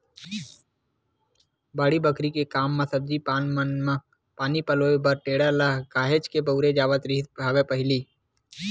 बाड़ी बखरी के काम म सब्जी पान मन म पानी पलोय बर टेंड़ा ल काहेच के बउरे जावत रिहिस हवय पहिली